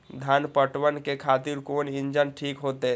धान पटवन के खातिर कोन इंजन ठीक होते?